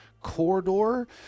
corridor